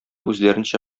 үзләренчә